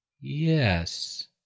Yes